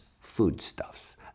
foodstuffs